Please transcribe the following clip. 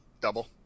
double